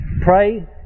Pray